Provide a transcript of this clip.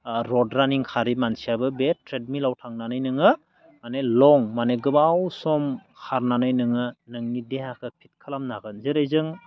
रड रानिं खारै मानसियाबो बे ट्रेडमिलाव थांनानै नोङो माने लं माने गोबाव सम खारनानै नोङो नोंनि देहाखो फिट खालामनो हागोन जेरै जों